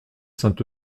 saint